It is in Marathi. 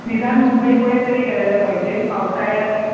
निदान मुंबई पुणे तरी करायला पाहिजे पावसाळ्यात